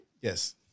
Yes